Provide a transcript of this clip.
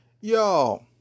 Y'all